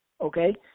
okay